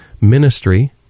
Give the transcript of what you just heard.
ministry